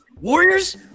Warriors